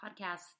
podcast